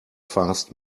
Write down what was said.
fast